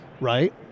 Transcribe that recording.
right